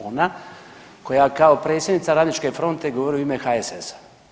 Ona koja kao predsjednica Radničke fronte govori u ime HSS-a.